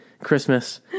Christmas